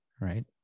right